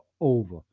over